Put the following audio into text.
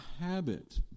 habit